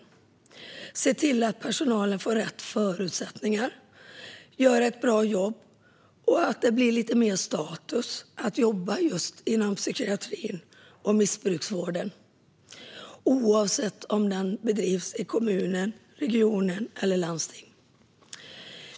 Vi måste se till att personalen får rätt förutsättningar att göra ett bra jobb och att det blir lite mer status att jobba inom psykiatrin och missbruksvården, oavsett om den bedrivs i kommunen, regionen eller landstinget.